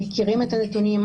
מכירים את הנתונים,